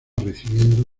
recibiendo